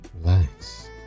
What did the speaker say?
Relax